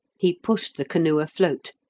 he pushed the canoe afloat,